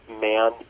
man